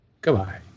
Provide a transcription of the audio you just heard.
Goodbye